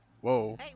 Whoa